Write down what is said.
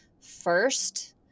first